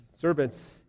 servants